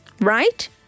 Right